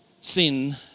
Sin